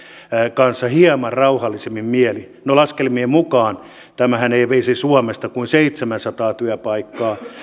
kanssa hieman rauhallisemmin mielin no laskelmien mukaan tämähän ei veisi suomesta kuin seitsemänsataa työpaikkaa